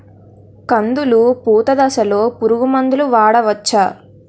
కందులు పూత దశలో పురుగు మందులు వాడవచ్చా?